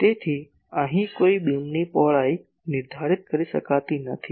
તેથી અહીં કોઈ બીમની પહોળાઈ નિર્ધારિત કરી શકાતી નથી